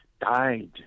died